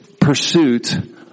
pursuit